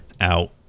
out